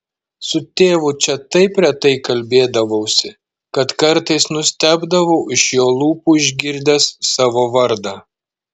su tėvu čia taip retai kalbėdavausi kad kartais nustebdavau iš jo lūpų išgirdęs savo vardą